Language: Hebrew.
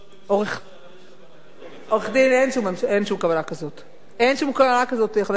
לראש הממשלה שלך יש כוונה כזאת.